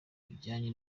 bijyanye